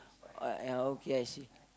uh ya okay I see